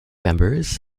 members